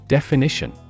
Definition